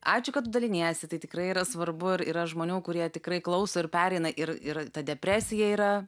ačiū kad tu daliniesi tai tikrai yra svarbu ir yra žmonių kurie tikrai klauso ir pereina ir ir ta depresija yra